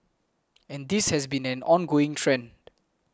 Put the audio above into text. and this has been an ongoing trend